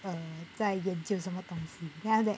err 在研究什么东西 then after that